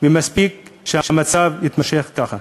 ומספיק שהמצב יימשך ככה.